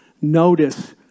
Notice